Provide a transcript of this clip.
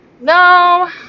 no